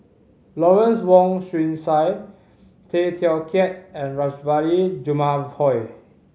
Lawrence Wong Shyun Tsai Tay Teow Kiat and Rajabali Jumabhoy